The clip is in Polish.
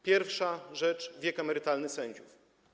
Pierwsza rzecz: wiek emerytalny sędziów.